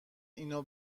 اینو